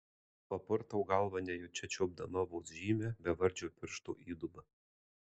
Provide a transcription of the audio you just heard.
papurtau galvą nejučia čiuopdama vos žymią bevardžio piršto įdubą